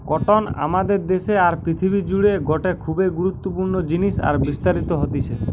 cotton আমাদের দেশে আর পৃথিবী জুড়ে গটে খুবই গুরুত্বপূর্ণ জিনিস আর বিস্তারিত হতিছে